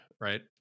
right